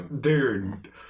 Dude